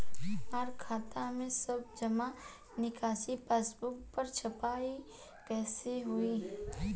हमार खाता के सब जमा निकासी पासबुक पर छपाई कैसे होई?